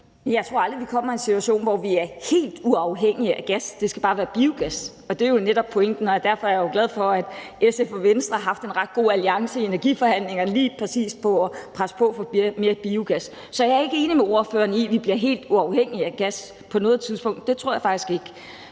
Jeg tror aldrig, vi kommer i en situation, hvor vi er helt uafhængige af gas – det skal bare være biogas. Det er jo netop pointen, og derfor er jeg glad for, at SF og Venstre har haft en ret god alliance i energiforhandlingerne lige præcis i forhold til at presse på for mere biogas. Så jeg er ikke enig med spørgeren i, at vi bliver helt uafhængige af gas på noget tidspunkt – det tror jeg faktisk ikke.